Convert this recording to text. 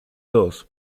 dos